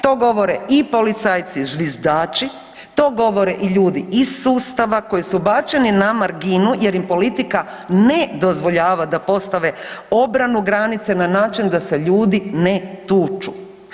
To govore i policajci zviždači, to govore i ljudi iz sustava koji su bačeni na marginu jer im politika ne dozvoljava da postave obranu, granice na način da se ljudi ne tuču.